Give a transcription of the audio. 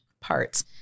parts